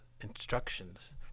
instructions